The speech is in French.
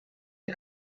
une